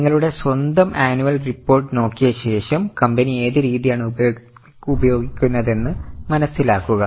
നിങ്ങളുടെ സ്വന്തം annual report നോക്കിയ ശേഷം കമ്പനി ഏത് രീതിയാണ് ഉപയോഗിക്കുന്നതെന്ന് മനസ്സിലാക്കുക